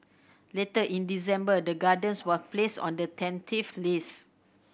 later in December the Gardens was placed on the tentative list